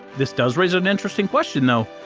this does raise an interesting question, though,